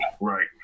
right